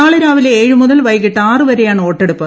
നാളെ രാവിലെ ഏഴ് മുതൽ വൈകിട്ട് ആറ് വരെയാണ് വോട്ടെടുപ്പ്